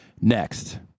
next